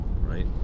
right